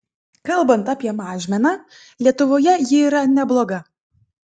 kalbant apie mažmeną lietuvoje ji yra nebloga